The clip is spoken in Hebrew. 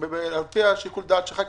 לפי שיקול הדעת שלך,